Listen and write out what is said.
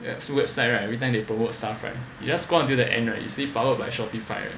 website right every time they promote stuff right you just go until the end right you see powered by Shopify right